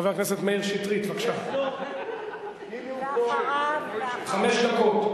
חבר הכנסת מאיר שטרית, בבקשה, חמש דקות.